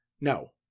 No